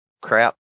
crap